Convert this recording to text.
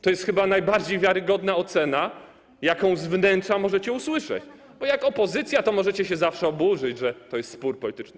To jest chyba najbardziej wiarygodna ocena, jaką z wnętrza możecie usłyszeć, bo jak opozycja, to możecie się zawsze oburzyć, że to jest spór polityczny.